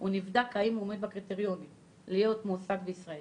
הוא נבדק אם עומד בקריטריונים להיות מועסק בישראל.